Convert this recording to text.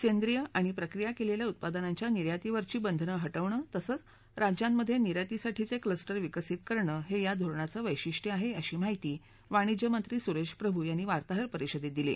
सेंद्रीय आणि प्रक्रिया क्विख्वा उत्पादनांच्या निर्यातीवरची बंधनं हटवणं तसंच राज्यांमध्य निर्यातीसाठीच क्लस्टर विकसित करणं हत्रा धोरणाचं वैशिष्ट्यं आहअशी माहिती वाणिज्य मंत्री सुर्र्धीप्रभू यांनी वार्ताहर परिषदर्तदिली